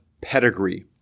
pedigree